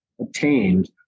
obtained